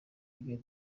yige